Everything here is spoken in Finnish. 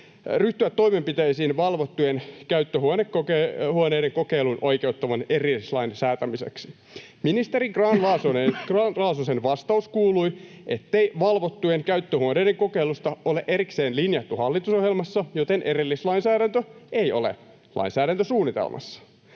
ryhtyä toimenpiteisiin valvottujen käyttöhuoneiden kokeiluun oikeuttavan erillislain säätämiseksi. Ministeri Grahn-Laasosen vastaus kuului, ettei valvottujen käyttöhuoneiden kokeilusta ole erikseen linjattu hallitusohjelmassa, joten erillislainsäädäntö ei ole lainsäädäntösuunnitelmassa.